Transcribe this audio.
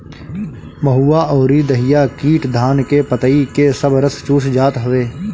महुआ अउरी दहिया कीट धान के पतइ के सब रस चूस जात हवे